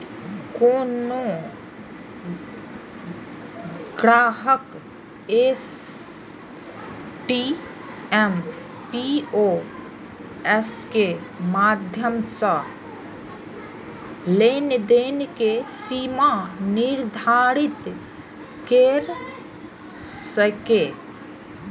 कोनो ग्राहक ATM, POS के माध्यम सं लेनदेन के सीमा निर्धारित कैर सकैए